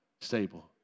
stable